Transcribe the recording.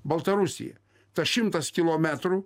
baltarusija tas šimtas kilometrų